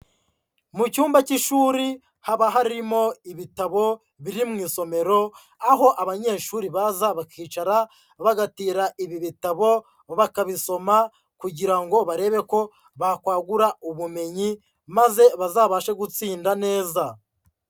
Mu cyumba cy'ishuri haba harimo ibitabo biri mu isomero, aho abanyeshuri baza bakicara bagatira ibi bitabo bakabisoma kugira ngo barebe ko bakwagura ubumenyi maze bazabashe gutsinda neza.